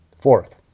fourth